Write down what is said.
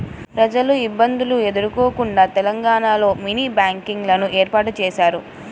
ప్రజలు ఇబ్బందులు ఎదుర్కోకుండా తెలంగాణలో మినీ బ్యాంకింగ్ లను ఏర్పాటు చేశారు